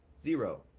Zero